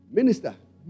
minister